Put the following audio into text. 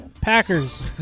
Packers